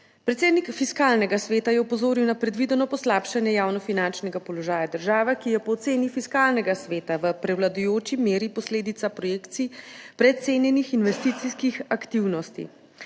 Predsednik Fiskalnega sveta je opozoril na predvideno poslabšanje javnofinančnega položaja države, ki je po oceni Fiskalnega sveta v prevladujoči meri posledica projekcij precenjenih investicijskih aktivnosti.